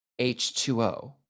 H2O